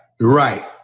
Right